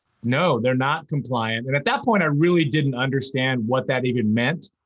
no, they're not compliant. and at that point i really didn't understand what that even meant.